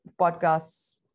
podcasts